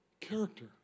character